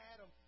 Adam